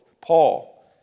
Paul